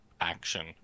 action